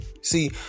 See